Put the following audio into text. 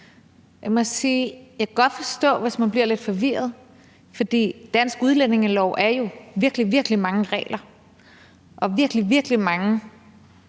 jeg godt kan forstå, hvis man bliver lidt forvirret, for dansk udlændingelov er jo virkelig, virkelig mange regler og virkelig, virkelig mange